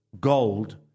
gold